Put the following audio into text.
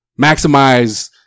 maximize